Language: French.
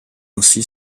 ainsi